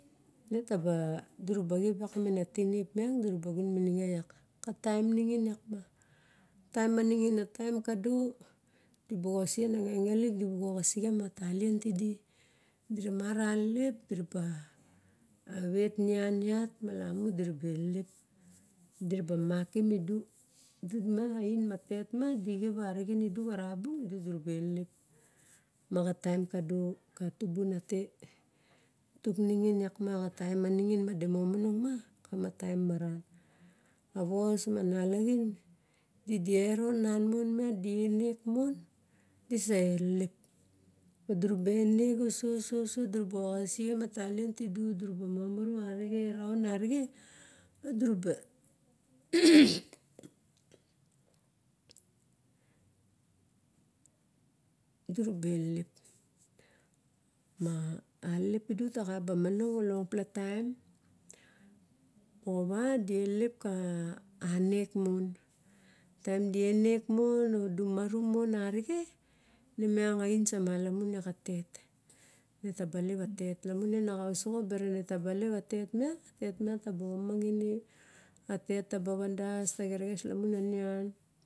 Ne taba duraba xip iak mana tirip miang duraba xun mininge iak. Ka taem ningin iak ma. Taem ma ningin, taem kaelo, di boxo sen a ngengelik, di boxo visixen a talien tieli. Dira mara a lelep dira ba vet nian lat, malamu dira ba elep. Dina ba makim ulu islu miang a oin ma tet miang di xip arixim idu xanabu, dudura ba elelep. Maxg taem ma ningin ma da momonong ma, kara ma taem ma tangin maran. Awos me nalaxin du die ronamon me, die nek mon, dise elelep ma daraba enek uso uso uso dura ba uvisun a talien tielu, dura ba momoru, arixen raun arixen o duraba duraba elep. Ma a lelep pielu taxa ba monong longpla taem, maxana du elelep ka arek mon. Taem du nek mon o du maro mon erixen nemiang oin sa malamon iak a tet. Netaba lep iak a tet malamu ne nexaosoxo, ne taba lep a tet miang a tet miang taba manang ene. A let laba van elos taba exerexes lamon a nian.